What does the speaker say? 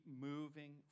moving